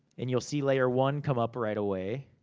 and you'll see layer one come up right away.